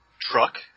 truck